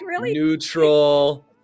neutral